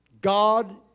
God